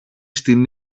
στην